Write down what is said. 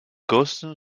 cosne